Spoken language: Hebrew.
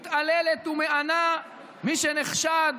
מתעללת ומענה מי שנחשד